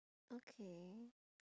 okay